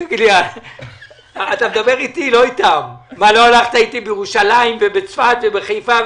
לא הלכת אתי בירושלים ובצפת ובחיפה,